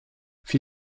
für